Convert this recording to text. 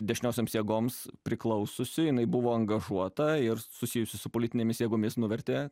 dešiniosioms jėgoms priklausiusi jinai buvo angažuota ir susijusi su politinėmis jėgomis nuvertė